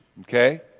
Okay